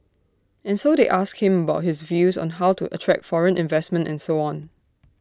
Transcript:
and so they asked him about his views on how to attract foreign investment and so on